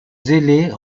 zélés